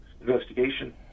investigation